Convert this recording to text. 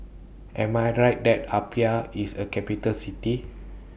Am I Right that Apia IS A Capital City